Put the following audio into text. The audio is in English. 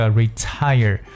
retire